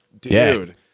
dude